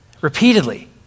Repeatedly